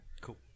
Cool